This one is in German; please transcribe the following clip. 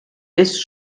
ist